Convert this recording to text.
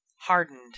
hardened